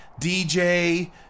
DJ